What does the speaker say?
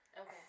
Okay